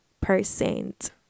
percent